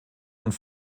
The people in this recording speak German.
und